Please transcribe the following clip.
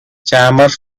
chambers